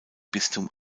bistum